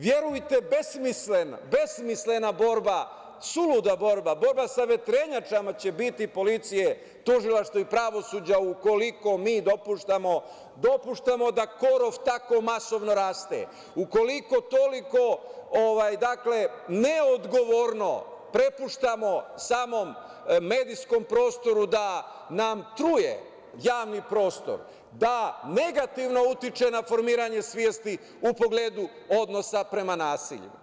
Verujte, besmislena borba, suluda borba, borba sa vetrenjačama će biti policije, tužilaštva i pravosuđa ukoliko mi dopuštamo da korov tako masovno raste, ukoliko toliko neodgovorno prepuštamo samom medijskom prostoru da nam truje javni prostor, da negativno utiče na formiranje svesti u pogledu odnosa prema nasilju.